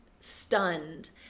stunned